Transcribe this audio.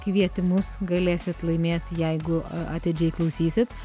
kvietimus galėsit laimėt jeigu atidžiai klausysit